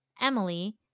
Emily